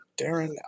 Darren